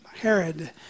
Herod